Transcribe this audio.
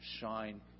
shine